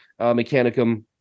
mechanicum